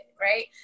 right